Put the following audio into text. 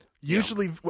usually